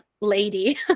lady